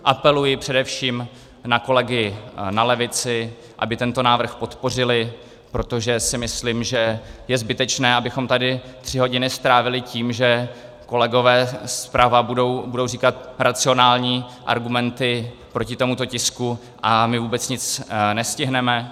Apeluji především na kolegy na levici, aby tento návrh podpořili, protože si myslím, že je zbytečné, abychom tady tři hodiny strávili tím, že kolegové zprava budou říkat racionální argumenty proti tomuto tisku a my vůbec nic nestihneme.